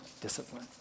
discipline